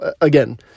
again